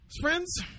Friends